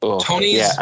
Tony's